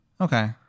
Okay